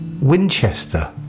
Winchester